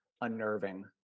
unnerving